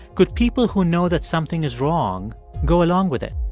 could people who know that something is wrong go along with it?